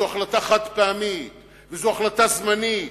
זו החלטה חד-פעמית, זו החלטה זמנית,